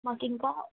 మాకు ఇంకా